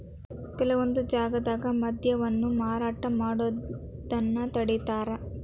ಕೆಲವೊಂದ್ ಜಾಗ್ದಾಗ ಮದ್ಯವನ್ನ ಮಾರಾಟ ಮಾಡೋದನ್ನ ತಡೇತಾರ